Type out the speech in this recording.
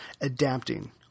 adapting